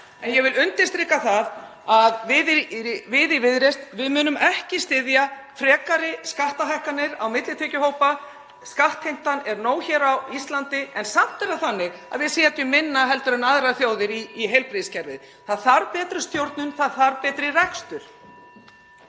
Ég vil undirstrika það að við í Viðreisn munum ekki styðja frekari skattahækkanir á millitekjuhópa. Skattheimtan er nóg hér á Íslandi (Forseti hringir.) en samt er það þannig að við setjum minna en aðrar þjóðir í heilbrigðiskerfið. Það þarf betri stjórnun. Það þarf betri rekstur.